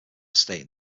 stating